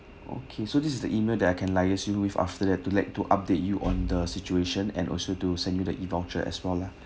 okay so this is the email that I can liaise you with after that to like to update you on the situation and also to send you the E_voucher as well lah